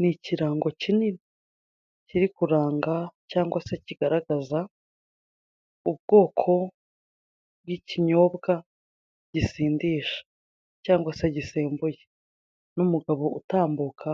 Ni ikirango kinini kiri kuranga cyangwa se kigaragaza ubwoko bw'ikinyobwa gisindisha, cyangwa se gisembuye n'umugabo utambuka